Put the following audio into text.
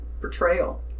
portrayal